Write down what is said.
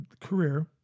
career